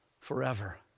forever